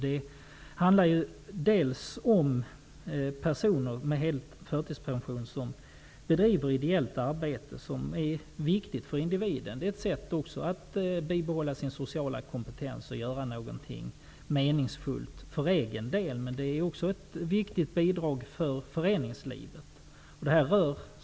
Det handlar om personer med hel förtidspension som bedriver ideellt arbete, ett arbete som är viktigt för individen. Det är ett sätt för dessa människor att bibehålla sin sociala kompetens och att göra något meningsfullt för egen del. Men det är också ett viktigt bidrag för föreningslivet.